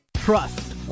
Trust